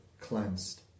cleansed